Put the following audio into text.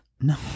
No